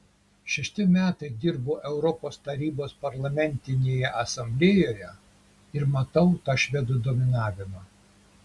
šešti metai dirbu europos tarybos parlamentinėje asamblėjoje ir matau tą švedų dominavimą